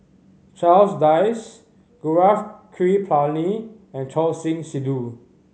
Charles Dyce Gaurav Kripalani and Choor Singh Sidhu